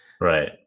right